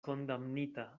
kondamnita